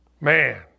Man